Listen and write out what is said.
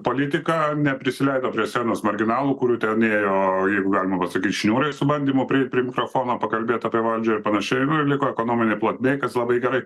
politiką neprisileido prie scenos marginalų kurių ten ėjo jeigu galima pasakyt šniūrais su bandymu prieit prie mikrofono pakalbėt apie valdžią ir panašiai nu ir liko ekonominėj plotmėj kas labai gerai